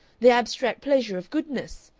the abstract pleasure of goodness?